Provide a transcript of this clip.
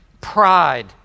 pride